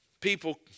people